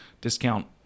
discount